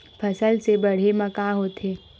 फसल से बाढ़े म का होथे?